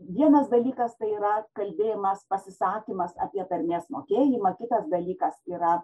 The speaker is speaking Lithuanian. vienas dalykas tai yra kalbėjimas pasisakymas apie tarmės mokėjimą kitas dalykas yra